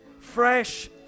fresh